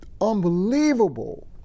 unbelievable